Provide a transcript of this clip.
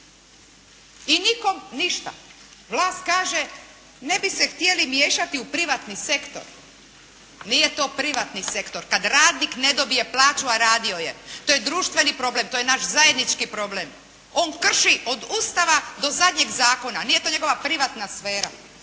I nikome ništa, vlast kaže, ne bi se htjeli miješati u privatni sektor. Nije to privatni sektor, kada radnik ne dobije plaću a radio je. To je društveni problem, to je naš zajednički problem. On krši od Ustava do zadnjeg zakona. Nije to njegova privatna sfera.